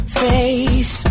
face